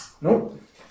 Nope